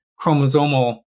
chromosomal